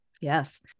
Yes